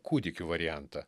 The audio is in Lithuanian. kūdikių variantą